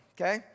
okay